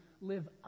live